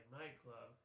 nightclub